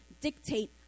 dictate